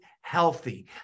healthy